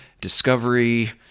discovery